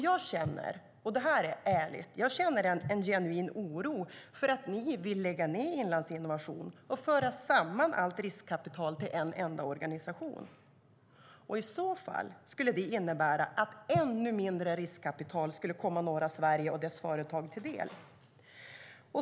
Jag känner, och detta är ärligt, en genuin oro för att ni vill lägga ned Inlandsinnovation och föra samman allt riskkapital till en enda organisation. I så fall skulle det innebära att ännu mindre riskkapital skulle komma norra Sverige och dess företag till del.